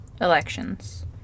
elections